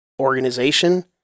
organization